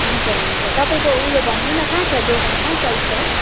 हुन्छ हुन्छ तपाईँको उयो भन्नु न कहाँ छ दोकान कहाँ साइ़ड छ